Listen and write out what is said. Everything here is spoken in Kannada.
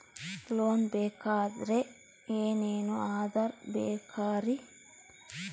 ಲೋನ್ ಬೇಕಾದ್ರೆ ಏನೇನು ಆಧಾರ ಬೇಕರಿ?